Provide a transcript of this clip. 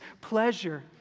pleasure